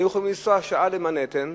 היו יכולים לנסוע שעה למנהטן,